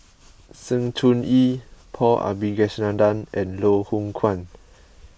Sng Choon Yee Paul Abisheganaden and Loh Hoong Kwan